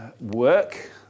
work